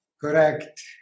Correct